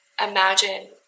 imagine